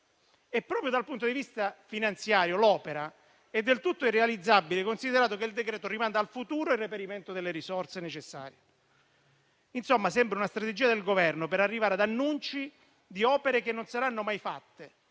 Proprio dal punto di vista finanziario l'opera è del tutto irrealizzabile, considerato che il decreto-legge rimanda al futuro il reperimento delle risorse necessarie. Insomma, sembra una strategia del Governo per arrivare ad annunci di opere che non saranno mai fatte.